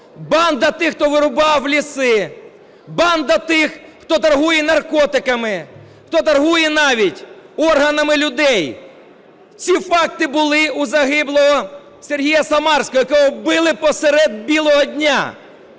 банда тих, хто вирубав ліси, банда тих, хто торгує наркотиками, хто торгує навіть органами людей. Ці факти були у загиблого Сергій Самарського, якого вбили посеред білого дня.